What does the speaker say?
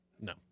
No